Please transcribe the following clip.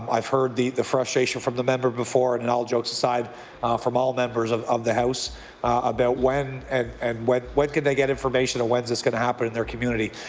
um i've heard the the frustration from the member before and all jokes aside from all members of of the house about when and when when can they get information and when is this going to happen in their community?